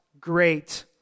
great